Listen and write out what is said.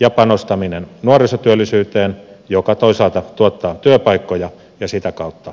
ja panostaminen nuorisotyöllisyyteen joka toisaalta tuottaa työpaikkoja ja sitä kautta verotuloja